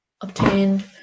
obtained